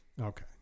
Okay